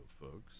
folks